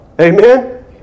Amen